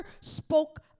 spoke